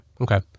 Okay